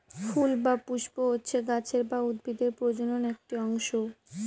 ফুল বা পুস্প হচ্ছে গাছের বা উদ্ভিদের প্রজনন একটি অংশ